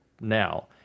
now